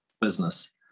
business